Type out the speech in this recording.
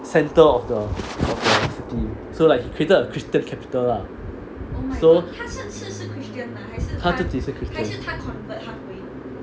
centre of the city so like he created a christian capital lah so 他自己是 christian